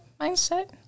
mindset